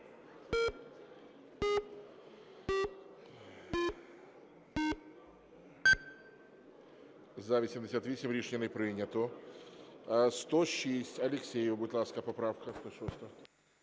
За-88 Рішення не прийнято. 106. Алєксєєв, будь ласка, поправка